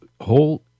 whole